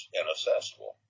inaccessible